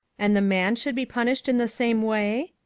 and the man should be punished in the same way?